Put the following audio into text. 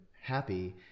happy